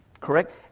Correct